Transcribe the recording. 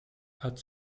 hat